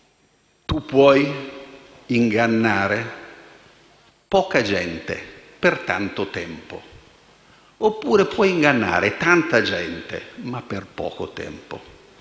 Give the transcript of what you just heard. puoi ingannare poca gente per tanto tempo oppure puoi ingannare tanta gente per poco tempo,